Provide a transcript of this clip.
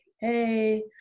Hey